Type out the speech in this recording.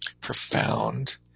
profound